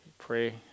Pray